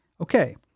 Okay